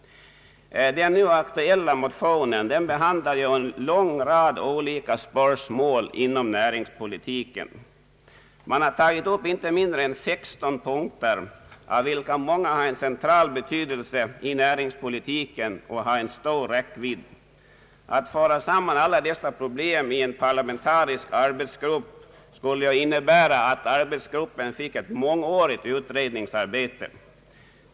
Den nu aktuella motionen behandlar en lång rad olika spörsmål inom näringspolitiken. Man har tagit upp inte mindre än 16 punkter, av vilka många har en central betydelse i näringspolitiken och har en stor räckvidd. Att föra samman alla dessa problem i en parlamentarisk arbetsgrupp skulle innebära att arbetsgruppen fick ett mångårigt utredningsarbete.